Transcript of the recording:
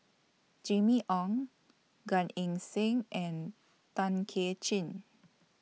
Jimmy Ong Gan Eng Seng and Tay Kay Chin